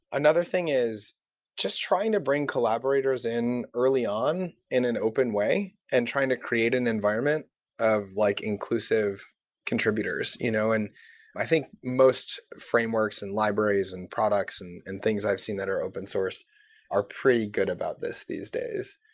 another thing is just trying to bring collaborators in early no in an open way and trying to create an environment of like inclusive contributors. you know i think most frameworks, and libraries, and products, and and things i've seen that are open-source are pretty good about this these days.